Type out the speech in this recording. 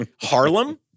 Harlem